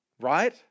Right